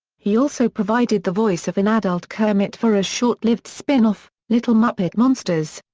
he also provided the voice of an adult kermit for a short-lived spin-off, little muppet monsters.